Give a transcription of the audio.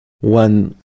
one